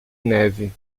neve